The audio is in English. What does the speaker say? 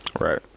Right